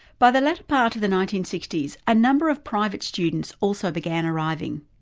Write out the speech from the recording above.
by the latter part of the nineteen sixty s a number of private students also began arriving.